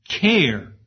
care